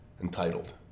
entitled